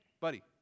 buddy